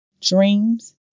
Dreams